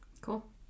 cool